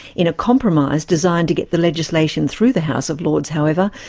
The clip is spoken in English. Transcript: in a compromise designed to get the legislation through the house of lords, however,